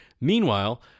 Meanwhile